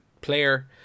player